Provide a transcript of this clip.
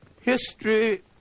History